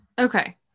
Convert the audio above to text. Okay